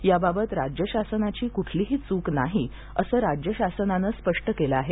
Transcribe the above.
याबाबत राज्य शासनाची क्ठलीही चूक नाही असं राज्य शासनानं स्पष्ट केलं आहे